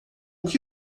que